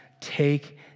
Take